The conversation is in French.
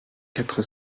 quatre